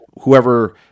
whoever